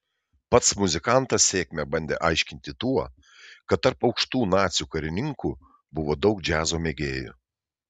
pats muzikantas sėkmę bandė aiškinti tuo kad tarp aukštų nacių karininkų buvo daug džiazo mėgėjų